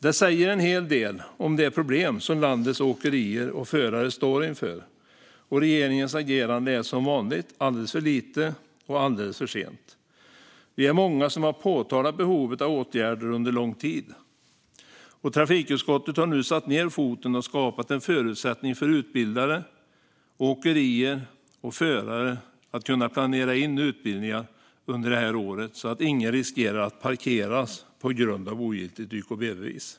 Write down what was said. Detta säger en del om det problem som landets åkerier och förare står inför. Regeringens agerande är som vanligt alldeles för litet och kommer alldeles för sent. Vi är många som har påpekat behovet av åtgärder under lång tid. Trafikutskottet har nu satt ned foten och skapat en förutsättning för utbildare, åkerier och förare att planera in utbildningar under det här året så att ingen riskerar att parkeras på grund av ogiltigt YKB-bevis.